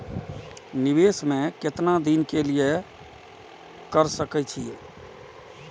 निवेश में केतना दिन के लिए कर सके छीय?